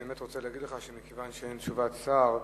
אני באמת רוצה להגיד לך שמכיוון שאין תשובת שר,